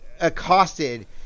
accosted